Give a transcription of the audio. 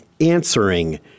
answering